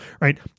right